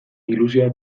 ilusioa